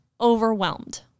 overwhelmed